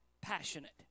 passionate